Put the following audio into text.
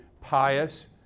pious